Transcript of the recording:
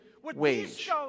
wage